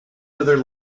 their